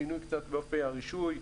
שינוי קצת באופי הרישוי,